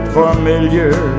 familiar